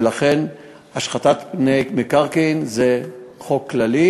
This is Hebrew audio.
ולכן השחתת פני מקרקעין זה חוק כללי